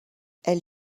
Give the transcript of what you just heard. elle